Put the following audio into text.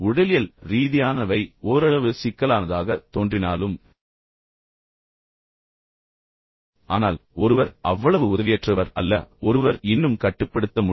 உடலியல் ரீதியானவை ஓரளவு சிக்கலானதாகத் தோன்றினாலும் ஆனால் ஒருவர் அவ்வளவு உதவியற்றவர் அல்ல ஒருவர் இன்னும் கட்டுப்படுத்த முடியும்